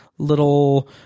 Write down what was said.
little